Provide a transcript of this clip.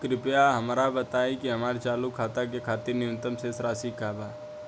कृपया हमरा बताइ कि हमार चालू खाता के खातिर न्यूनतम शेष राशि का बा